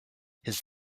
his